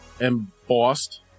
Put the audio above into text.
embossed